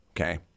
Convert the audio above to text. okay